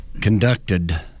conducted